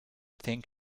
think